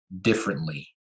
differently